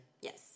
Yes